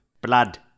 Blood